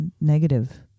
negative